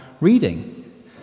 reading